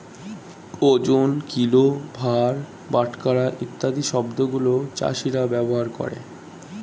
ওজন, কিলো, ভার, বাটখারা ইত্যাদি শব্দ গুলো চাষীরা ব্যবহার করে